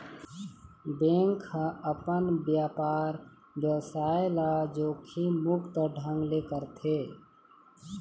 bank ह अपन बेपार बेवसाय ल जोखिम मुक्त ढंग ले करथे